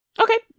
Okay